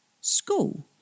School